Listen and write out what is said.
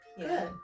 good